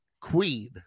queen